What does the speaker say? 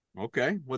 Okay